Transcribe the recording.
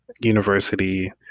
university